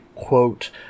quote